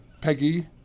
Peggy